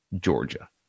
Georgia